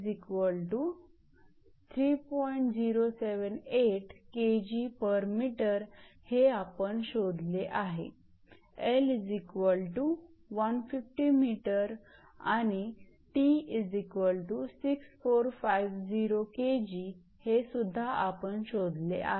078 𝐾𝑔𝑚 हे आपण शोधले आहे 𝐿150 𝑚 आणि 𝑇 6450 𝐾𝑔 हे सुद्धा आपण शोधले आहे